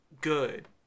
good